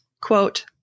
Quote